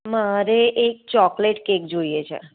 મારે એક chocolate cake જોઈએ છે